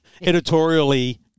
editorially